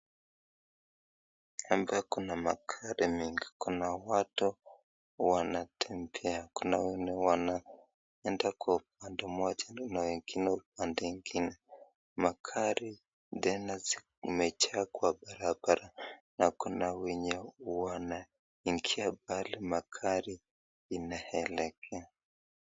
Hapa Kuna magari mengi kuna Kuna watu wanatembea kuna wenye wanaenda Kwa upande moja na wangine upande mwingine magari tena imejaa Kwa barabara na Kuna wenye wanaingia mahili magari inaelekea.